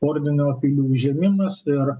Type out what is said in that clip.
ordino pilių užėmimas ir